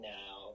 now